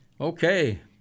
Okay